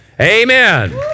Amen